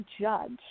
judge